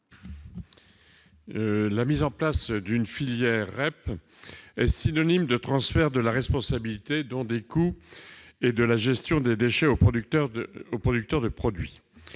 La mise en place d'une filière REP est synonyme de transfert de la responsabilité, donc des coûts, et de la gestion des déchets aux producteurs. Il s'agit